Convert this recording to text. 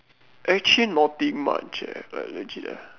actually nothing much eh like legit ah